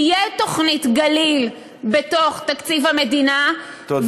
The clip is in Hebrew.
תהיה תוכנית גליל בתוך תקציב המדינה, תודה רבה.